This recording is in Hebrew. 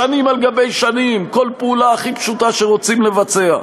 שנים על גבי שנים כל פעולה הכי פשוטה שרוצים לבצע.